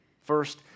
First